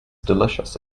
delicious